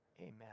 Amen